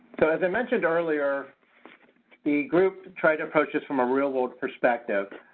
so as i mentioned earlier the group tried to approach us from a real-world perspective.